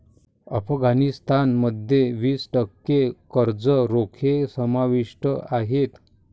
अफगाणिस्तान मध्ये वीस टक्के कर्ज रोखे समाविष्ट आहेत